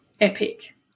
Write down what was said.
epic